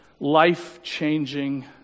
life-changing